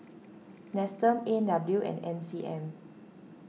Nestum A and W and M C M